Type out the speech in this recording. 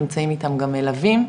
נמצאים איתם גם מלווים,